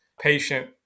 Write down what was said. patient